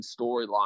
storyline